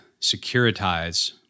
securitize